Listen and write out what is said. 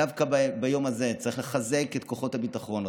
דווקא ביום הזה צריך לחזק את כוחות הביטחון.